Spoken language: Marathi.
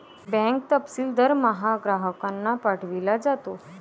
बँक तपशील दरमहा ग्राहकांना पाठविला जातो